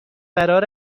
قرار